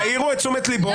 תעירו את תשומת ליבו.